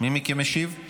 מי מכם משיב?